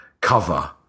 cover